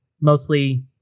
mostly